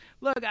Look